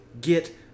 get